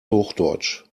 hochdeutsch